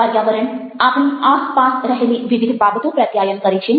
પર્યાવરણ આપણી આસપાસ રહેલી વિવિધ બાબતો પ્રત્યાયન કરે છે